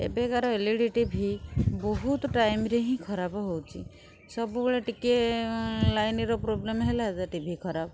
ଏବେକାର L E D TV ବହୁତ ଟାଇମ୍ରେ ହିଁ ଖରାପ ହେଉଛି ସବୁବେଳେ ଟିକେ ଲାଇନ୍ର ପ୍ରୋବ୍ଲେମ୍ ହେଲା ତ ଟିଭି ଖରାପ